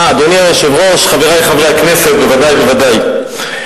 אדוני היושב-ראש, חברי חברי הכנסת, הנאומים